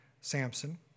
Samson